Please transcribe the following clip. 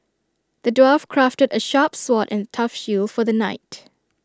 the dwarf crafted A sharp sword and tough shield for the knight